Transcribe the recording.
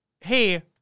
Hey